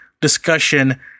discussion